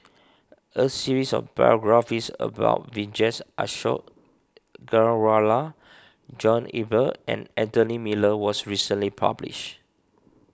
a series of biographies about Vijesh Ashok Ghariwala John Eber and Anthony Miller was recently published